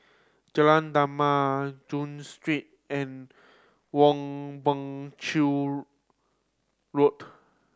Jalan Damai Street and Woon Chew Road